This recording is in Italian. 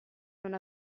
non